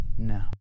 No